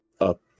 up